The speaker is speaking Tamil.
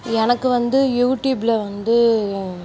எனக்கு வந்து யூடியூப்பில் வந்து